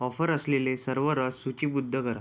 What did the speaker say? offer असलेले सर्व रस सूचीबद्ध करा